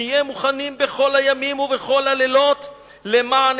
נהיה מוכנים בכל הימים ובכל הלילות למען